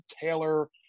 Taylor –